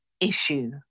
issue